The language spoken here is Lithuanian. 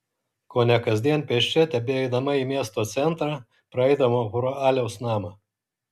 kone kasdien pėsčia tebeidama į miesto centrą praeidavo pro aliaus namą